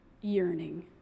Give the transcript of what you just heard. yearning